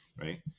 right